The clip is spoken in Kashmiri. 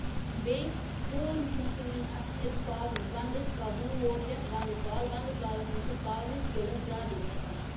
بیٚیہِ فون چھِنہٕ سٲنۍ اَسہِ ییٚلہِ پاوَر وَندَس کا وۄنۍ وۄت یَتھ وَندٕ کال وَندٕ کالَس مَنز چھِ پاورٕچ قٕلَت زیادٕ گَژھان